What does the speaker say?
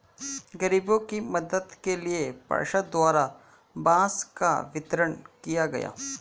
गरीबों के मदद के लिए पार्षद द्वारा बांस का वितरण किया गया